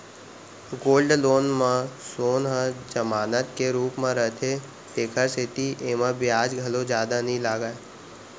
gold loan म सोन ह जमानत के रूप म रथे तेकर सेती एमा बियाज घलौ जादा नइ लागय